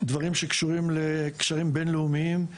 דברים שקשורים לקשרים בין-לאומיים,